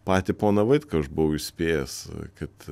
patį poną vaitkų aš buvau įspėjęs kad